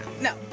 No